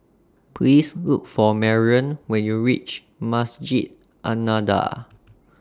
Please Look For Marion when YOU REACH Masjid An Nahdhah